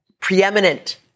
preeminent